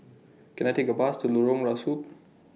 Can I Take A Bus to Lorong Rusuk